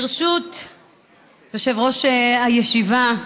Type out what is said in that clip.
ברשות יושב-ראש הישיבה,